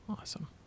Awesome